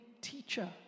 teacher